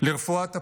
לרפואת הפצועים,